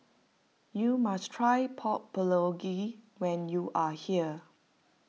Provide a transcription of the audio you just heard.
you must try Pork Bulgogi when you are here